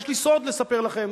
יש לי סוד לספר לכם,